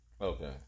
Okay